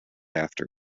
after